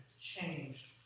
changed